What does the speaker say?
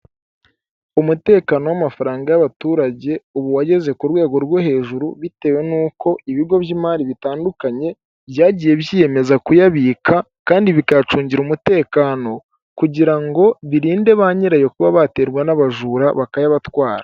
Umutekano w'amafaranga y'abaturage ubu wageze ku rwego rwo hejuru, bitewe n'uko ibigo by'imari bitandukanye byagiye byiyemeza kuyabika kandi bikacungira umutekano kugira ngo birinde naba nyirayo kuba baterwa n'abajura bakayabatwara.